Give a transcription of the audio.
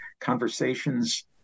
conversations